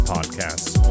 Podcast